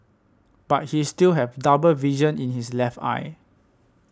but he still have double vision in his left eye